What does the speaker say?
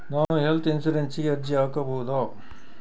ನಾನು ಹೆಲ್ತ್ ಇನ್ಶೂರೆನ್ಸಿಗೆ ಅರ್ಜಿ ಹಾಕಬಹುದಾ?